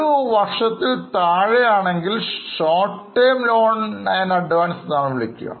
ഒരു വർഷത്തിൽ താഴെ ആണെങ്കിൽ Short Term ലോൺസ് അഡ്വാൻസ് എന്നു വിളിക്കുന്നു